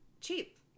cheap